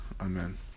Amen